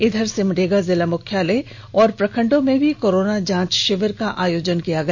इधर सिमडेगा जिला मुख्यालय और प्रखंडों में भी कोरोना जांच शिविर का आयोजन किया गया